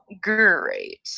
Great